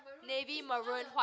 navy maroon white